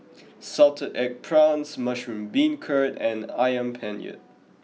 salted egg prawns mushroom beancurd and Ayam Penyet